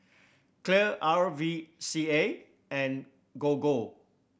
Clear R V C A and Gogo